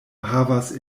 havas